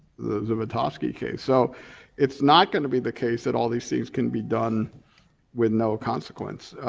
the the matosky case. so it's not gonna be the case that all these things can be done with no consequence.